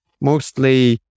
mostly